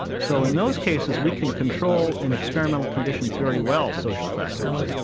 so in those cases we can control, in experimental conditions very well, social factors.